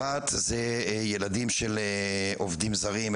אחת זה ילדים של עובדים זרים,